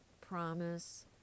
promise